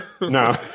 no